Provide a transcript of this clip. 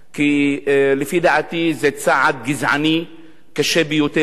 לפי דעתי זה צעד גזעני קשה ביותר.